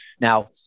Now